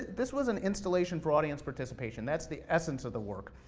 this was an installation for audience participation, that's the essence of the work.